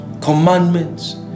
commandments